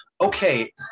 Okay